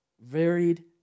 varied